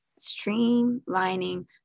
streamlining